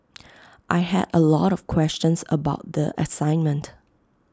I had A lot of questions about the assignment